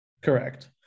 Correct